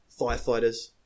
firefighters